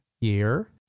year